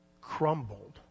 crumbled